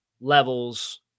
levels